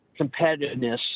competitiveness